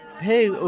hey